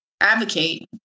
advocate